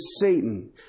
Satan